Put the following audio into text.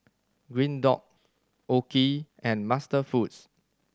Green Dot OKI and MasterFoods